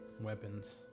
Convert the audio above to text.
weapons